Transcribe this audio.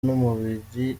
n’umubiri